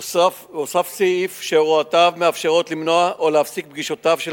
הוסף סעיף שהוראותיו מאפשרות למנוע או להפסיק פגישותיו של